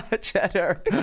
Cheddar